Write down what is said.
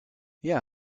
yeah